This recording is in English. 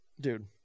Dude